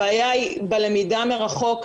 הבעיה היא בלמידה מרחוק.